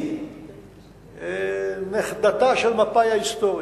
היא נכדתה של מפא"י ההיסטורית.